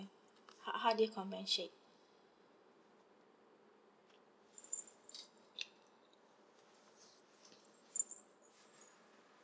how how do you compensate